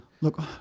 Look